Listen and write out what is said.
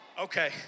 Okay